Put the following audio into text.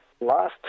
last